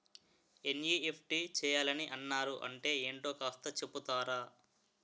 NEFT చేయాలని అన్నారు అంటే ఏంటో కాస్త చెపుతారా?